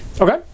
Okay